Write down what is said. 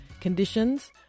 conditions